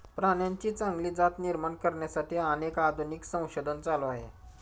प्राण्यांची चांगली जात निर्माण करण्यासाठी अनेक आधुनिक संशोधन चालू आहे